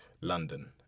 London